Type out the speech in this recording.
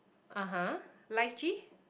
(aha) lychee